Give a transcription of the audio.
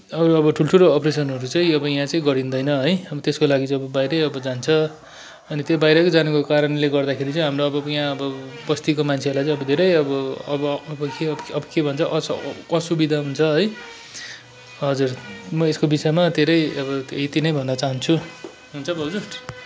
अब ठुल्ठुलो अपरेसनहरू चाहिँ अब यहाँ चाहिँ गरिँदैन है त्यसको लागि चाहिँ अब बाहिरै अब जान्छ अनि त्यो बाहिर जानुको कारणले गर्दाखेरि चाहिँ हाम्रो अबको यहाँ अब बस्तीको मान्छेहरूलाई चाहिँ अब धेरै अब अब अब के अब के भन्छ असुविधा हुन्छ है हजुर म यसको विषयमा धेरै अब यति नै भन्न चाहन्छु हुन्छ भाउजु